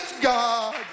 God